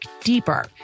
deeper